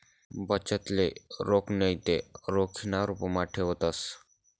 बचतले रोख नैते रोखीना रुपमा ठेवतंस